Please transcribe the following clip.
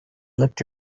looked